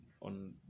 on